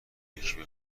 یکی